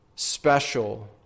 special